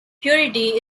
purity